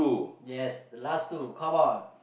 yes the last two come on